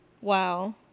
Wow